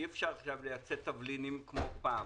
אי אפשר עכשיו לייצא תבלינים כמו פעם.